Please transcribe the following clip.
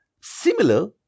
similar